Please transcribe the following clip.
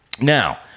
Now